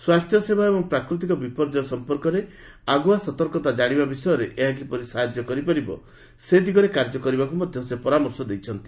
ସ୍ୱାସ୍ଥ୍ୟ ସେବା ଏବଂ ପ୍ରାକୃତିକ ବିପର୍ଯ୍ୟୟ ସମ୍ପର୍କରେ ଆଗୁଆ ସତର୍କତା ଜାଣିବା ବିଷୟରେ ଏହା କିପରି ସାହାଯ୍ୟ କରିପାରିବ ସେ ଦିଗରେ କାର୍ଯ୍ୟ କରିବାକୁ ମଧ୍ୟ ପରାମର୍ଶ ଦେଇଛନ୍ତି